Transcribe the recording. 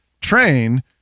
train